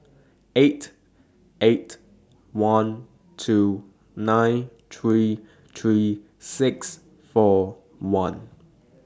eight eight one two nine three three six four one